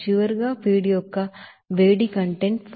చివరగా ఫీడ్ యొక్క వేడి కంటెంట్ 4176